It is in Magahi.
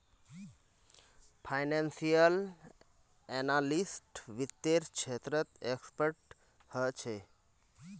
फाइनेंसियल एनालिस्ट वित्त्तेर क्षेत्रत एक्सपर्ट ह छे